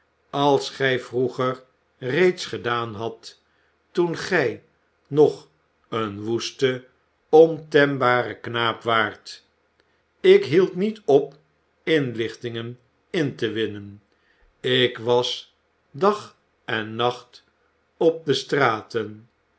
als gij vroeger reeds gedaan hadt toen gij nog een woeste ontembare knaap waart ik hield niet op inlichtingen in te winnen ik was dag en nacht op de straten